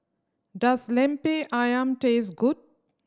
does Lemper Ayam taste good